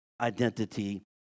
identity